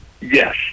Yes